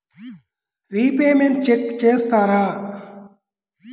Repayments check చేస్తారా?